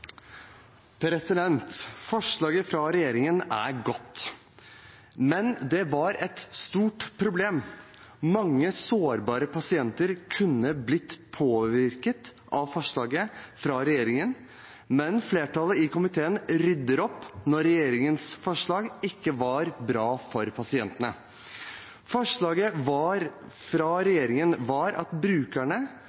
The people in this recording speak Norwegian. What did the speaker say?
Forslaget fra regjeringen er godt, men det var et stort problem. Mange sårbare pasienter kunne blitt påvirket av forslaget fra regjeringen, men flertallet i komiteen rydder opp når regjeringens forslag ikke er bra for pasientene. Forslaget fra regjeringen var